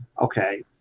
Okay